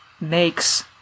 makes